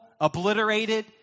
obliterated